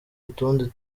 utundi